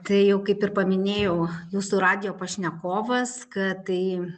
tai jau kaip ir paminėjo jūsų radijo pašnekovas kad tai